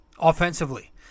offensively